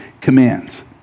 commands